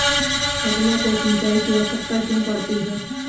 फसलों को सिंचाई की आवश्यकता क्यों पड़ती है?